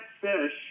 fish